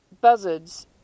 buzzards